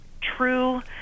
true